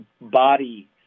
body